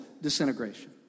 disintegration